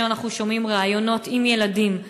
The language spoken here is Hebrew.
כאשר אנחנו שומעים ראיונות עם ילדים,